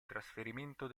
trasferimento